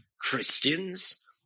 Christians